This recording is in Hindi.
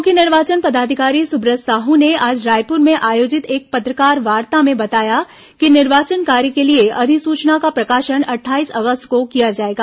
मुख्य निर्वाचन पदाधिकारी सुब्रत साहू ने आज रायपुर में आयोजित एक पत्रकारवार्ता में बताया कि निर्वाचन कार्य के लिए अधिसूचना का प्रकाशन अट्ठाईस अगस्त को किया जाएगा